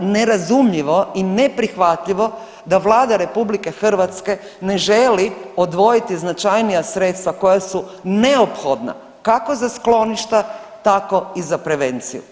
nerazumljivo i neprihvatljivo da Vlada RH ne želi odvojiti značajnija sredstva koja su neophodna kako za skloništa tako i za prevenciju.